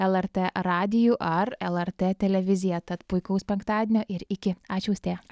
lrt radiju ar lrt televizija tad puikaus penktadienio ir iki ačiū austėja